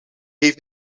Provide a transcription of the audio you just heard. heeft